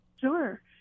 Sure